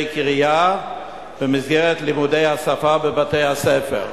קריאה במסגרת לימודי השפה בבתי-הספר.